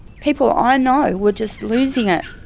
people i know were just losing it.